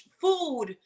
food